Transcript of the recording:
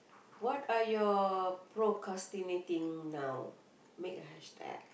what are your procrastinating now make a hashtag